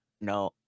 No